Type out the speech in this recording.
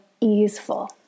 easeful